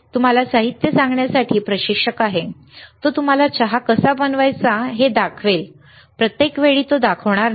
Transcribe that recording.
तुम्हाला साहित्य सांगण्यासाठी प्रशिक्षक आहे तो तुम्हाला चहा कसा बनवायचा हे दाखवेल प्रत्येक वेळी योग्य नाही